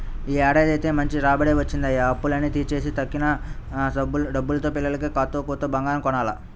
యీ ఏడాదైతే మంచి రాబడే వచ్చిందయ్య, అప్పులన్నీ తీర్చేసి తక్కిన డబ్బుల్తో పిల్లకి కాత్తో కూత్తో బంగారం కొనాల